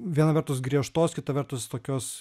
viena vertus griežtos kita vertus tokios